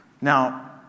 Now